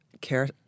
care